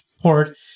port